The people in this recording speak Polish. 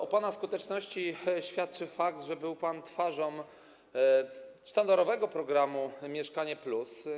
O pana skuteczności świadczy fakt, że był pan twarzą sztandarowego programu „Mieszkanie+”